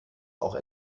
auch